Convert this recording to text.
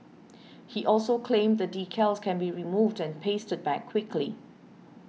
he also claimed the decals can be removed and pasted back quickly